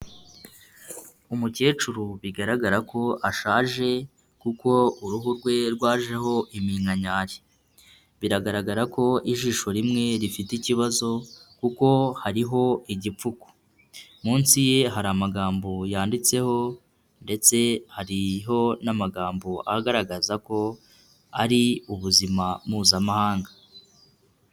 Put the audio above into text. Umukecuru bigaragara ko ashaje kuko uruhu rwe rwajeho iminkanyari. Biragaragara ko ijisho rimwe rifite ikibazo kuko hariho igipfuko. Munsi ye hari amagambo yanditseho ndetse hariho n'amagambo agaragaza ko ari ubuzima mpuzamahanga.